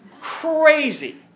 Crazy